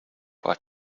what